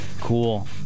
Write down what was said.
Cool